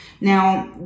Now